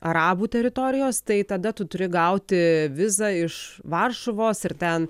arabų teritorijos tai tada tu turi gauti vizą iš varšuvos ir ten